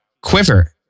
Quiver